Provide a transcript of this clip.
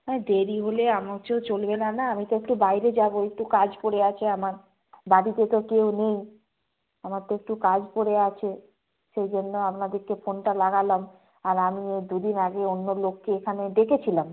হ্যাঁ দেরি হলে চলবে না না আমি তো একটু বাইরে যাব একটু কাজ পড়ে আছে আমার বাড়িতে তো কেউ নেই আমার তো একটু কাজ পড়ে আছে সেই জন্য আপনাদেরকে ফোনটা লাগালাম আর আমি এই দুদিন আগে অন্য লোককে এখানে ডেকেছিলাম